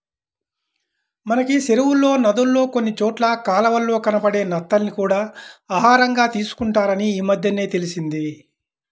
మనకి చెరువుల్లో, నదుల్లో కొన్ని చోట్ల కాలవల్లో కనబడే నత్తల్ని కూడా ఆహారంగా తీసుకుంటారని ఈమద్దెనే తెలిసింది